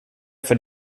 för